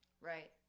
right